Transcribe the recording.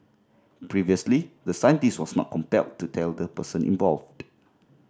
previously the scientist was not compelled to tell the person involved